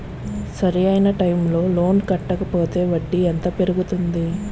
సరి అయినా టైం కి లోన్ కట్టకపోతే వడ్డీ ఎంత పెరుగుతుంది?